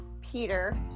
Peter